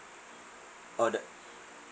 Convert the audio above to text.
oh the